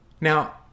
Now